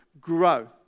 grow